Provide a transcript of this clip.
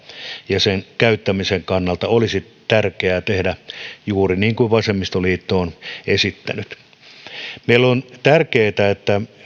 ja sen käyttämisen kannalta olisi tärkeää tehdä juuri niin kuin vasemmistoliitto on esittänyt meille on tärkeätä että